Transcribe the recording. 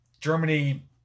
Germany